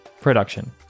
production